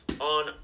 on